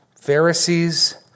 Pharisees